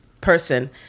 person